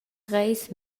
treis